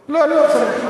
לא צריך,